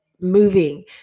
moving